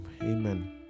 amen